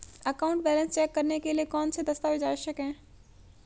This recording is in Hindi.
अकाउंट बैलेंस चेक करने के लिए कौनसे दस्तावेज़ आवश्यक हैं?